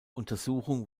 untersuchung